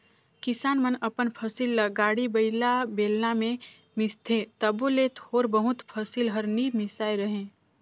किसान मन अपन फसिल ल गाड़ी बइला, बेलना मे मिसथे तबो ले थोर बहुत फसिल हर नी मिसाए रहें